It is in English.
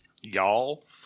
Y'all